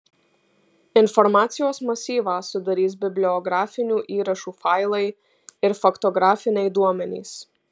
informacijos masyvą sudarys bibliografinių įrašų failai ir faktografiniai duomenys